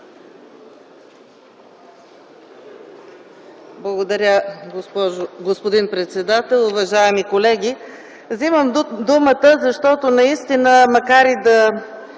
Благодаря, господин председател. Уважаеми колеги, вземам думата, защото наистина макар и на